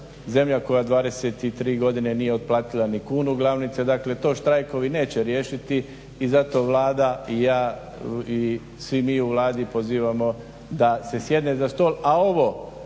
zemlja koja 23 godine nije otplatila ni kunu glavnice, dakle to štrajkovi neće riješiti i zato Vlada i ja i svi mi u Vladi pozivamo da se sjedne za stol,